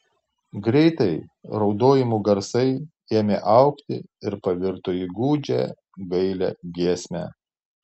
greitai raudojimų garsai ėmė augti ir pavirto į gūdžią gailią giesmę